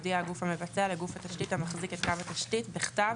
יודיע הגוף המבצע לגוף התשתית המחזיק את קו התשתית בכתב,